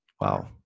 Wow